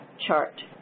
chart